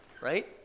right